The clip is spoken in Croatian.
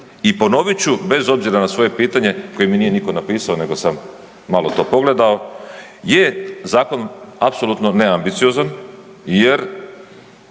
I ponovit ću, bez obzira na svoje pitanje koje mi nije nitko napisao nego sam malo to pogledao, je zakon apsolutno neambiciozan jer